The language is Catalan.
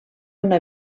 una